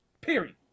Period